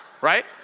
right